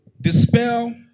Dispel